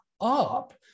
up